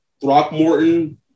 Throckmorton